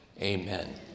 Amen